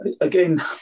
Again